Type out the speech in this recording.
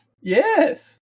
Yes